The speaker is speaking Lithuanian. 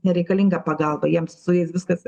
nereikalinga pagalba jiems su jais viskas